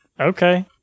Okay